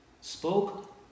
spoke